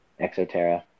exoterra